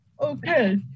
Okay